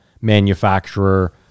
manufacturer